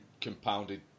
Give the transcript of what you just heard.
compounded